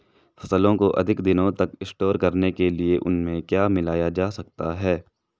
फसलों को अधिक दिनों तक स्टोर करने के लिए उनमें क्या मिलाया जा सकता है?